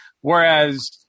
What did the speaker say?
whereas